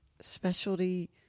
Specialty